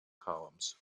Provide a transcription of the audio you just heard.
columns